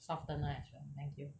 softener actually thank you